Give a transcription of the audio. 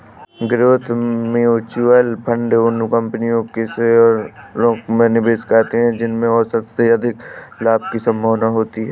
growth mutual fund उन कंपनियों के शेयरों में निवेश करते हैं जिनमें औसत से अधिक लाभ की संभावना होती है